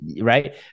right